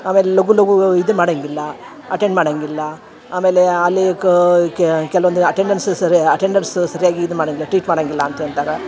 ಆಮೇಲೆ ಲಘು ಲಘು ಇದು ಮಾಡಂಗಿಲ್ಲ ಅಟೆಂಡ್ ಮಾಡಂಗಿಲ್ಲ ಆಮೇಲೆ ಅಲ್ಲಿ ಕೆಲ್ವೊಂದು ಅಟೆಂಡೆಂಡ್ಸ್ ಸರಿಯ ಅಟೆಂಡರ್ಸ್ ಸರಿಯಾಗಿ ಇದು ಮಾಡಂಗಿಲ್ಲ ಟ್ರೀಟ್ ಮಾಡಂಗಿಲ್ಲ ಅಂತ ಅಂತಾರೆ